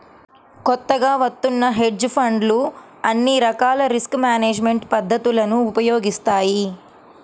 కొత్తగా వత్తున్న హెడ్జ్ ఫండ్లు అన్ని రకాల రిస్క్ మేనేజ్మెంట్ పద్ధతులను ఉపయోగిస్తాయి